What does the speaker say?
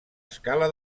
escala